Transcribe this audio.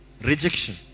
Rejection